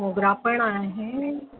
मोगरा पण आहे